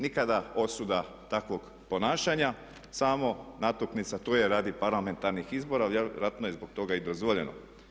Nikada osuda takvog ponašanja, samo natuknica to je radi parlamentarnih izbora i vjerojatno je zbog toga i dozvoljeno.